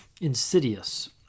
insidious